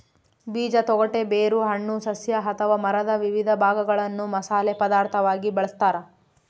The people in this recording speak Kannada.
ಬೀಜ ತೊಗಟೆ ಬೇರು ಹಣ್ಣು ಸಸ್ಯ ಅಥವಾ ಮರದ ವಿವಿಧ ಭಾಗಗಳನ್ನು ಮಸಾಲೆ ಪದಾರ್ಥವಾಗಿ ಬಳಸತಾರ